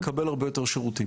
מקבל הרבה יותר שירותים